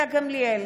גילה גמליאל,